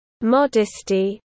modesty